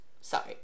sorry